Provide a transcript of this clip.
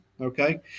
okay